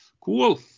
Cool